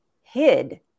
hid